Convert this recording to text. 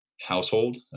household